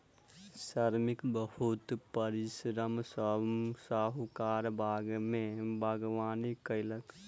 श्रमिक बहुत परिश्रम सॅ साहुकारक बाग में बागवानी कएलक